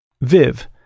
Viv